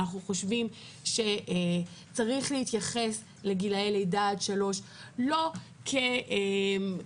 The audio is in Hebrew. אנחנו חושבים שצריך להתייחס לגילי לידה עד שלוש לא ככאלה